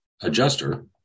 adjuster